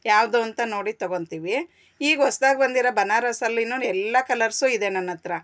ಯಾವುದು ಅಂತ ನೋಡಿ ತೊಗೊಳ್ತೀವಿ ಈಗ ಹೊಸದಾಗಿ ಬಂದಿರೋ ಬನಾರಸ್ಸಲ್ಲಿಯೂ ಎಲ್ಲ ಕಲ್ಲರ್ಸು ಇದೆ ನನ್ನ ಹತ್ರ